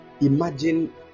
imagine